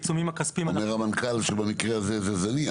אומר המנכ"ל שבמקרה הזה זה זניח.